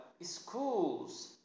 schools